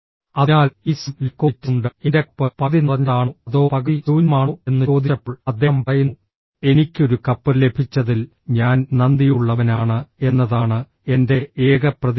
അതിനാൽ ഈ Sam Lefkowitz ഉണ്ട് എന്റെ കപ്പ് പകുതി നിറഞ്ഞതാണോ അതോ പകുതി ശൂന്യമാണോ എന്ന് ചോദിച്ചപ്പോൾ അദ്ദേഹം പറയുന്നു എനിക്ക് ഒരു കപ്പ് ലഭിച്ചതിൽ ഞാൻ നന്ദിയുള്ളവനാണ് എന്നതാണ് എന്റെ ഏക പ്രതികരണം